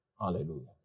Hallelujah